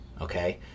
okay